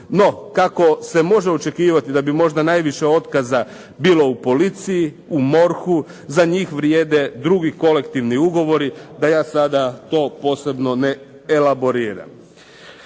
No kako se može očekivati da bi možda najviše otkaza bilo u policiji, u MORH-u, za njih vrijede drugi kolektivni ugovori, da ja sada to posebno ne elaboriram.